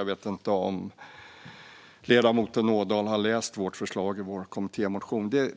Jag vet inte om ledamoten Ådahl har läst vårt förslag i vår kommittémotion.